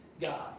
God